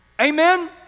amen